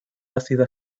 ácida